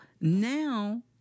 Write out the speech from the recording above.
now